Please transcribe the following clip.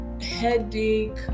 headache